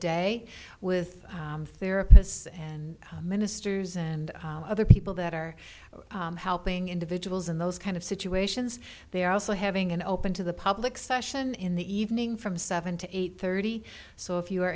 day with therapists and ministers and other people that are helping individuals in those kind of situations they are also having an open to the public session in the evening from seven to eight thirty so if you are